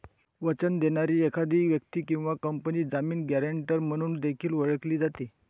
वचन देणारी एखादी व्यक्ती किंवा कंपनी जामीन, गॅरेंटर म्हणून देखील ओळखली जाते